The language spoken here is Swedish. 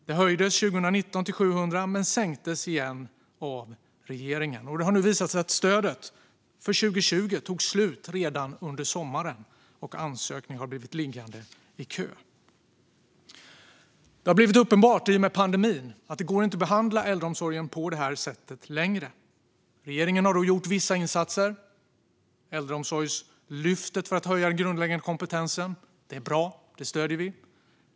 År 2019 höjdes det till 700, men det sänktes igen av regeringen. Det har nu visat sig att stödet för 2020 tog slut redan under sommaren och att ansökningar har blivit liggande i kö. I och med pandemin har det blivit uppenbart att det inte längre går att behandla äldreomsorgen på det här sättet. Regeringen har gjort vissa insatser, till exempel Äldreomsorgslyftet för att höja den grundläggande kompetensen. Det är bra, och det stöder vi.